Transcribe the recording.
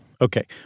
Okay